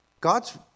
God's